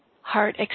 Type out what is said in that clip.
Heart